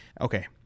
okay